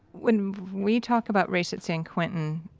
when we talk about race at san quentin,